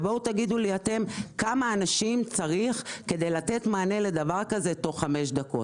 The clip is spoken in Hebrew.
ובואו תגידו לי אתם כמה אנשים צריך כדי לתת מענה לדבר כזה תוך חמש דקות.